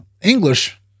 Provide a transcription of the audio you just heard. English